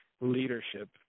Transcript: leadership